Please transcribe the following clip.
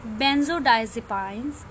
benzodiazepines